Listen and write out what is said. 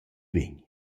vain